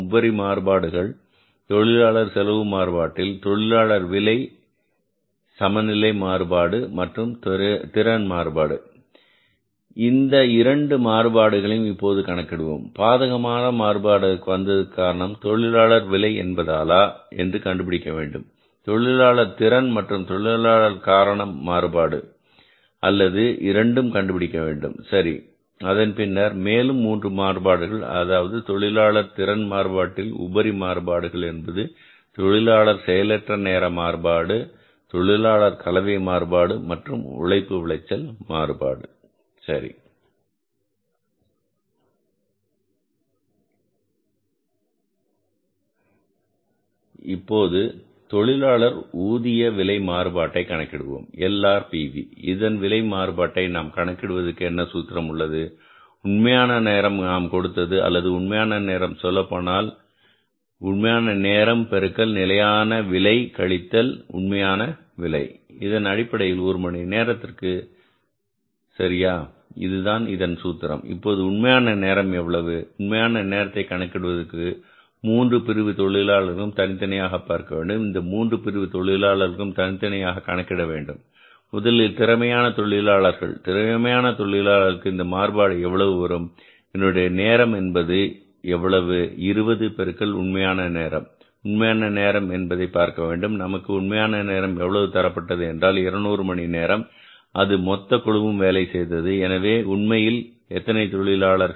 உபரி மாறுபாடுகள் தொழிலாளர் செலவு மாறுபாட்டில் தொழிலாளர் விலை சமநிலை மாறுபாடு மற்றும் திறன் மாறுபாடு இந்த இரண்டு மாறுபாடுகளையும் இப்போது கணக்கிடுவோம் பாதகமான மாறுபாடு வந்ததற்கான காரணம் தொழிலாளர் விலை என்பதாலா என்று கண்டுபிடிக்க வேண்டும் தொழிலாளர் திறன் மற்றும் தொழிலாளர் காரணம் மாறுபாடு அல்லது இரண்டும் கண்டுபிடிக்க வேண்டும் சரி அதன் பின்னர் மேலும் 3 மாறுபாடுகள் அதாவது தொழிலாளர் திறன் மாறுபாட்டின் உபரி மாறுபாடுகள் என்பது தொழிலாளர் செயலற்ற நேர மாறுபாடு தொழிலாளர் கலவை மாறுபாடு மற்றும் உழைப்பு விளைச்சல் மாறுபாடு சரி இப்போது தொழிலாளர் ஊதிய விலை மாறுபாட்டை கணக்கிடுவோம் LRPV இதன் விலை மாறுபாட்டை நாம் கணக்கிடுவதற்கு என்ன சூத்திரம் உள்ளது உண்மையான நேரம் நான் கொடுத்தது அல்லது உண்மையான நேரம் சொல்லப்போனால் உண்மையான நேரம் பெருக்கல் நிலையான விலை கழித்தல் உண்மையான விலை இது அடிப்படையில் ஒரு மணி நேரத்திற்கு சரியா இதுதான் இதன் சூத்திரம் இப்போது உண்மையான நேரம் எவ்வளவு உண்மையான நேரத்தை கணக்கிடுவதற்கு மூன்று பிரிவு தொழிலாளர்களுக்கும் தனித்தனியாக பார்க்கவேண்டும் இந்த மூன்று பிரிவு தொழிலாளர்களுக்கும் தனித்தனியாக கணக்கிட வேண்டும் முதலில் திறமையான தொழிலாளர்கள் திறமையான தொழிலாளர்களுக்கு இந்த மாறுபாடு எவ்வளவு வரும் இதனுடைய நேரம் என்பது எவ்வளவு 20 பெருக்கல் உண்மையான நேரம் உண்மையான நேரம் என்பதை பார்க்க வேண்டும் நமக்கு உண்மையான நேரம் எவ்வளவு தரப்பட்டது என்றால் 200 மணி நேரம் அது மொத்த குழுவும் வேலை செய்தது எனவே உண்மையில் எத்தனை தொழிலாளர்கள்